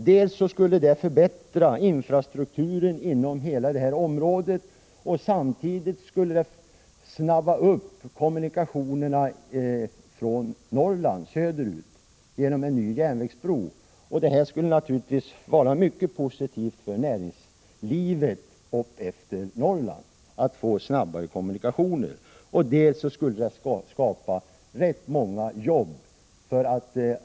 Det skulle förbättra infrastrukturen inom hela detta område, samtidigt som en ny järnvägsbro skulle ge snabbare kommunikationer från Norrland och söderut. Det skulle naturligtvis vara mycket positivt för näringslivet uppåt Norrland att få snabbare kommunikationer. Detta skulle även skapa rätt många jobb.